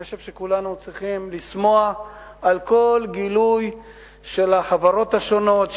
אני חושב שכולנו צריכים לשמוח על כל גילוי של החברות השונות,